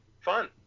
Fun